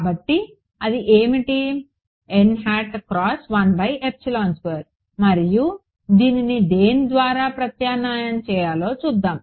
కాబట్టి అది ఏమిటి మరియు దీనిని దేని ద్వారా ప్రత్యామ్నాయం చేయాలో చూద్దాం